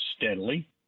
steadily